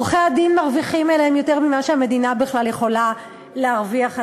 עורכי-הדין מרוויחים עליהם יותר ממה שהמדינה בכלל יכולה להרוויח עליהם,